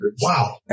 Wow